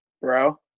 Bro